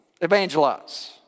evangelize